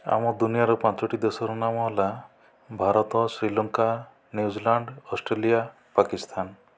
ଆମ ଦୁନିଆର ପାଞ୍ଚଟି ଦେଶର ନାମ ହେଲା ଭାରତ ଶ୍ରୀଲଙ୍କା ନ୍ୟୁଜିଲାଣ୍ଡ ଅଷ୍ଟ୍ରେଲିଆ ପାକିସ୍ଥାନ